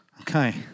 Okay